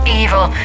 evil